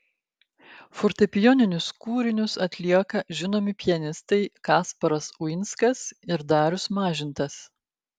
fortepijoninius kūrinius atlieka žinomi pianistai kasparas uinskas ir darius mažintas